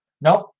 Nope